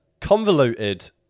convoluted